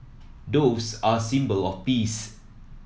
doves are symbol of peace